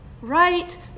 Right